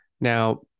Now